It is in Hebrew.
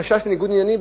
חשש לניגוד עניינים,